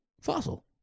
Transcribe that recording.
fossil